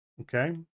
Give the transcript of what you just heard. Okay